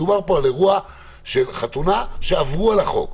מדובר פה על אירוע של חתונה שעברו על החוק.